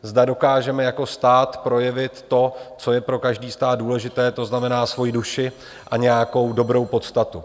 Zda dokážeme jako stát projevit to, co je pro každý stát důležité, to znamená svoji duši a nějakou dobrou podstatu.